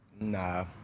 Nah